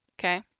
Okay